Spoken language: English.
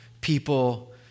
people